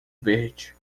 verde